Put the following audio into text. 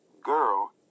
Girl